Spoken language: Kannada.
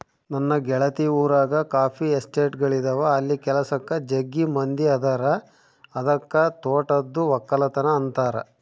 ನನ್ನ ಗೆಳತಿ ಊರಗ ಕಾಫಿ ಎಸ್ಟೇಟ್ಗಳಿದವ ಅಲ್ಲಿ ಕೆಲಸಕ್ಕ ಜಗ್ಗಿ ಮಂದಿ ಅದರ ಅದಕ್ಕ ತೋಟದ್ದು ವಕ್ಕಲತನ ಅಂತಾರ